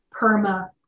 PERMA